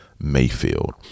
Mayfield